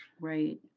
Right